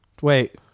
wait